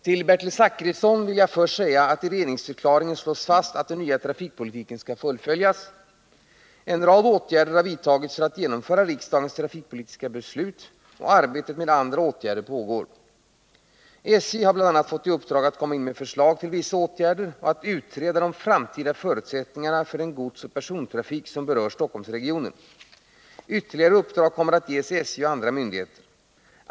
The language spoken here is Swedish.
Till Bertil Zachrisson vill jag först säga att i regeringsförklaringen slås fast att den nya trafikpolitiken skall fullföljas. En rad åtgärder har vidtagits för att genomföra riksdagens trafikpolitiska beslut, och arbetet med andra åtgärder pågår. SJ har bl.a. fått i uppdrag att komma in med förslag till vissa åtgärder och att utreda de framtida förutsättningarna för den godsoch persontrafik som berör Stockholmsregionen. Ytterligare uppdrag kommer att ges SJ och andra myndigheter.